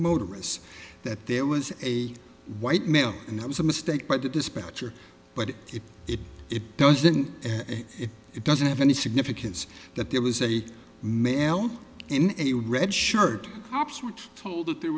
motorists that there was a white male and that was a mistake by the dispatcher but it if it doesn't say it it doesn't have any significance that there was a male in a red shirt cops which told it there